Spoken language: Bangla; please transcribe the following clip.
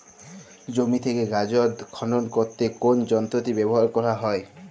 জমি থেকে গাজর খনন করতে কোন যন্ত্রটি ব্যবহার করা হয়?